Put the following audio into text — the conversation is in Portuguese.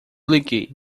liguei